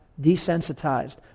desensitized